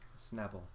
snapple